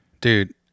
dude